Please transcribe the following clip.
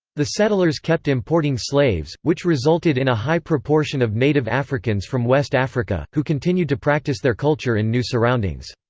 the settlers kept importing slaves, which resulted in a high proportion of native africans from west africa, who continued to practice their culture in new surroundings.